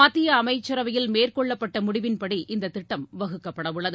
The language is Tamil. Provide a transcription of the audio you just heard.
மத்திய அமைச்சரவையில் மேற்கொள்ளப்பட்ட முடிவின்படி இந்த திட்டம் வகுக்கப்படவுள்ளது